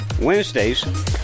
Wednesdays